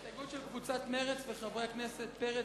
הסתייגות של קבוצת מרצ וחברי הכנסת פרץ,